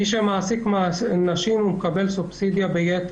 מי שמעסיק נשים מקבל סובסידיה גבוהה יותר,